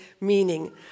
meaning